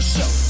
Show